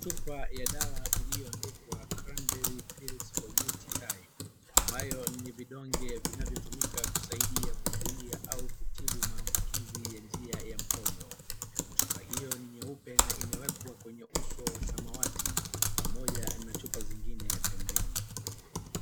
Chupa ya dawa ilioandikwa Cranberry Pills For UTI ambayo ni vidonge vinavyotumika kusaidia kuzuia au kutibu maambukizi ya njia ya mkojo. Chupa hio ni nyeupe na imewekwa kwenye uso wa samawati pamoja na chupa zingine pembeni.